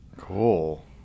Cool